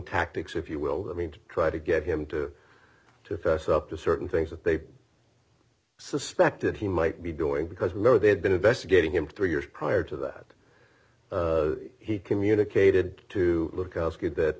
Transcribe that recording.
tactics if you will i mean to try to get him to to fess up to certain things that they suspected he might be doing because remember they had been investigating him three years prior to that he communicated to look good that